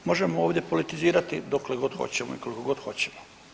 Možemo ovdje politizirati dokle god hoćemo i koliko god hoćemo.